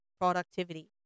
productivity